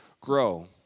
grow